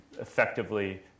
effectively